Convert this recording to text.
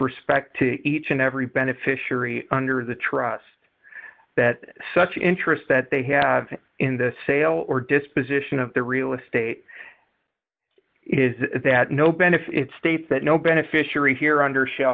respect to each and every beneficiary under the trust that such interest that they have in the sale or disposition of the real estate is that no benefit states that no beneficiary here under sh